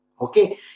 Okay